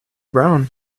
brown